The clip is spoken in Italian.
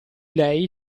lei